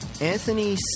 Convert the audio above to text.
Anthony